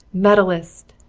medalist!